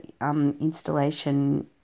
installation